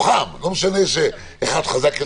לכן אין לנו ברירה כדי להציל חיים של נשים אנחנו לא